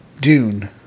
Dune